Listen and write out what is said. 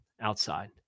outside